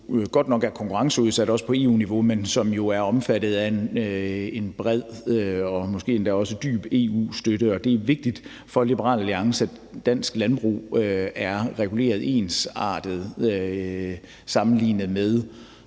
som godt nok er konkurrenceudsat, også på EU niveau, men som jo er omfattet af en bred og måske endda også dyb EU-støtte. Og det er vigtigt for Liberal Alliance, at dansk landbrug er reguleret ensartet sammenlignet med